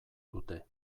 dute